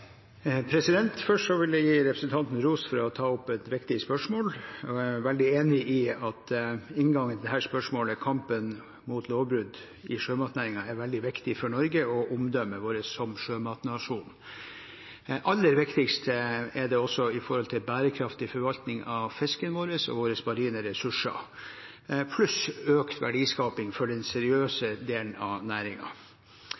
Først vil jeg gi representanten ros for å ta opp et viktig spørsmål. Jeg er veldig enig i at inngangen til dette spørsmålet, kampen mot lovbrudd i sjømatnæringen, er veldig viktig for Norge og omdømmet vårt som sjømatnasjon. Aller viktigst er det for bærekraftig forvaltning av fisken vår og våre marine ressurser – pluss økt verdiskaping for den seriøse